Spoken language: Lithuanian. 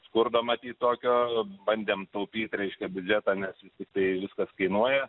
skurdo matyt tokio bandėm taupyt reiškia biudžetą nes tai viskas kainuoja